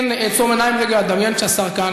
כן אעצום עיניים רגע ואדמיין שהשר כאן.